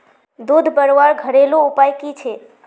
दूध बढ़वार घरेलू उपाय की छे?